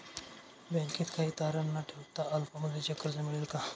बँकेत काही तारण न ठेवता अल्प मुदतीचे कर्ज मिळेल का?